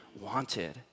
wanted